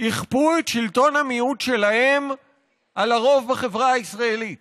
יכפו את שלטון המיעוט שלהם על הרוב בחברה הישראלית